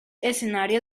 escenario